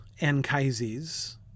Anchises